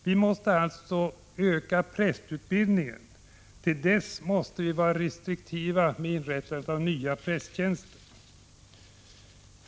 Vi måste alltså öka prästutbildningen, och till dess att den har utökats måste vi vara restriktiva med inrättandet av nya prästtjänster.